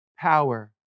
Power